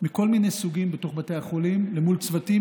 מכל מיני סוגים בתוך בתי החולים אל מול צוותים